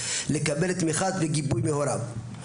לקבל תמיכה וגיבוי מהוריו.